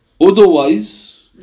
Otherwise